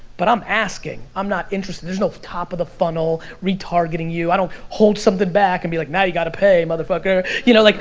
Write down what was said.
but i'm asking, i'm not interested, there's no top of the funnel, retargeting you, i don't hold something back and be like now you gotta pay, motherfucker. you know, like